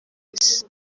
isi